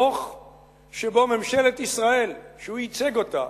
שבו ממשלת ישראל, שהוא ייצג אותה,